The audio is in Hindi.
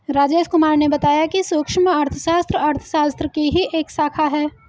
राजेश कुमार ने बताया कि सूक्ष्म अर्थशास्त्र अर्थशास्त्र की ही एक शाखा है